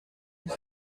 nous